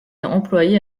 employé